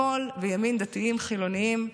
שמאל וימין, דתיים, חילונים,